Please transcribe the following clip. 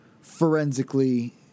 forensically